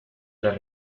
las